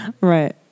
Right